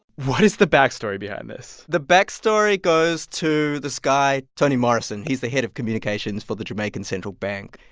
what is the backstory behind this? the backstory goes to this guy, toni morrison. he's the head of communications for the jamaican central bank.